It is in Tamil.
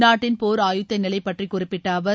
நாட்டின் போர் ஆயத்த நிலை பற்றி குறிப்பிட்ட அவர்